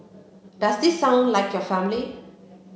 does this sound like your family